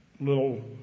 Little